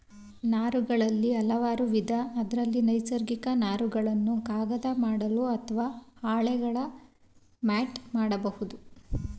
ನಾರುಗಳಲ್ಲಿ ಹಲವಾರುವಿಧ ಅದ್ರಲ್ಲಿ ನೈಸರ್ಗಿಕ ನಾರುಗಳನ್ನು ಕಾಗದ ಮಾಡಲು ಅತ್ವ ಹಾಳೆಗಳ ಮ್ಯಾಟ್ ಮಾಡ್ಬೋದು